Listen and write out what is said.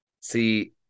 See